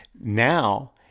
Now